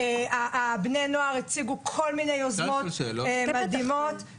בני הנוער הציגו כל מיני יוזמות מדהימות.